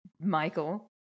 Michael